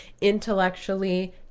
intellectually